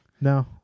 No